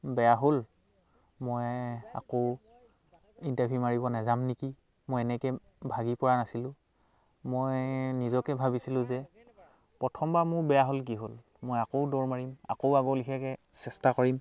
বেয়া হ'ল মই আকৌ ইণ্টাৰভিউ মাৰিব নাজাম নেকি মই এনেকৈ ভাগি পৰা নাছিলোঁ মই নিজকে ভাবিছিলোঁ যে প্ৰথমবাৰ মোৰ বেয়া হ'ল কি হ'ল মই আকৌ দৌৰ মাৰিম আকৌ আগৰ লেখীয়াকৈ চেষ্টা কৰিম